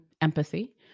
empathy